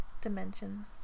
dimension